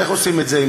איך עושים את זה?